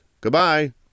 Goodbye